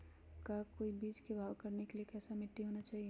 का बीज को भाव करने के लिए कैसा मिट्टी होना चाहिए?